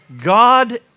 God